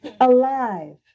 alive